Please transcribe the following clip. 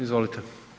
Izvolite.